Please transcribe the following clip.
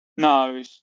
No